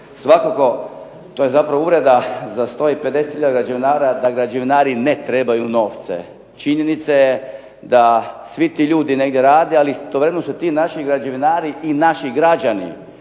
svakako to je zapravo uvreda za 150 hiljada građevinara da građevinari ne trebaju novce. Činjenica je da svi ti ljudi negdje rade, ali istovremeno su ti naši građevinari i naši građani